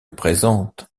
présente